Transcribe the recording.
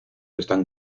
están